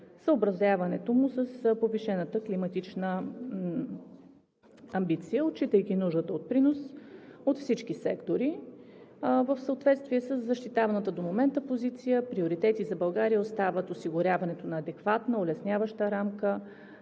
съобразяването му с повишената климатична амбиция, отчитайки нуждата от принос от всички сектори. В съответствие със защитаваната до момента позиция приоритети за България остават: осигуряването на адекватна, улесняваща рамка,